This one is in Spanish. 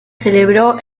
celebró